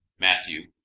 Matthew